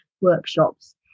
workshops